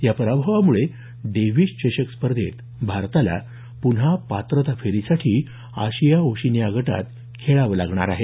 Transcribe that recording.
या पराभवामुळे डेव्हीस चषक स्पर्धेत भारताला पुन्हा पात्रता फेरीसाठी आशिया ओशिनिया गटात खेळावं लागणार आहे